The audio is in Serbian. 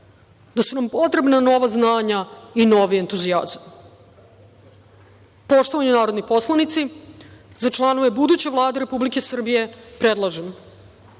da su nam potrebna nova znanja i novi entuzijazam. Poštovani narodni poslanici, za članove buduće Vlade Republike Srbije predlažem: